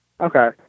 Okay